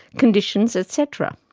conditions etcetera.